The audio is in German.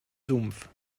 sumpf